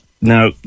now